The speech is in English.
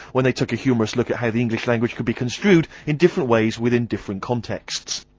when they took a humorous look at how the english language can be construed in different ways within different contexts.